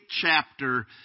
chapter